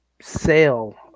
sale